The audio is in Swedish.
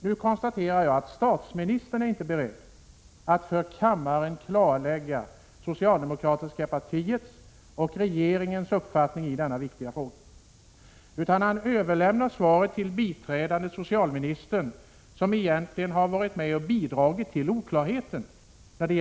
Nu konstaterar jag att statsministern inte är beredd att för kammaren klarlägga det socialdemokratiska partiets och regeringens uppfattning i denna viktiga fråga utan överlämnar svaret till biträdande socialministern, som egentligen har varit med om att bidra till oklarheten i frågan.